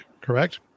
Correct